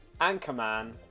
Anchorman